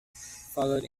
followed